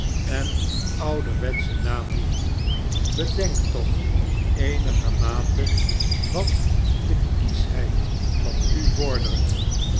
en ouderwetschen naam niet bedenk toch eenigermate wat de kieschheid van u vordert